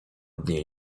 dnie